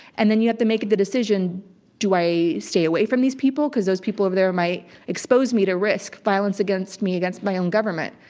and then you have to make the decision do i stay away from these people? because those people over there might expose me to risk, violence against me, against my own government.